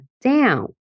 down